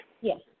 yes